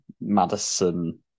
Madison